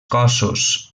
cossos